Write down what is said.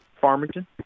farmington